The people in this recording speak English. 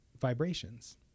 vibrations